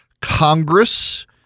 Congress